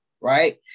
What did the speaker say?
right